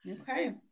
Okay